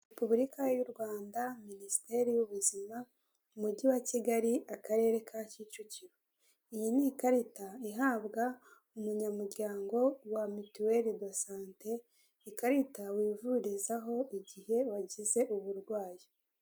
U Rwanda rufite intego yo kongera umukamo n'ibikomoka ku matungo, niyo mpamvu amata bayakusanyiriza hamwe, bakayazana muri kigali kugira ngo agurishwe ameze neza yujuje ubuziranenge.